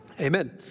Amen